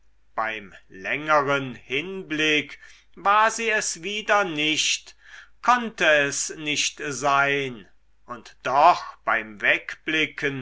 beim längeren hinblick war sie es wieder nicht konnte es nicht sein und doch beim wegblicken